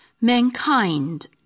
Mankind